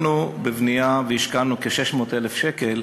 השקענו כ-600,000 שקל,